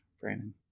brandon